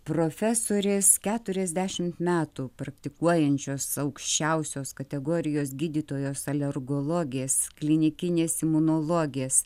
profesorės keturiasdešimt metų praktikuojančios aukščiausios kategorijos gydytojos alergologės klinikinės imunologės